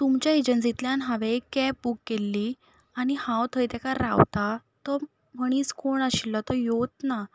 तुमच्या एजंसींतल्यान हांवें एक कॅब बूक केल्ली आनी हांव थंय तेका रावता तो मनीस कोण आशिल्लो तो येवंच ना